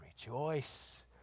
rejoice